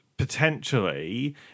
Potentially